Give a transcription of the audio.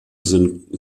sind